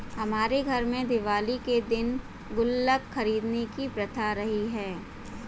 हमारे घर में दिवाली के दिन गुल्लक खरीदने की प्रथा रही है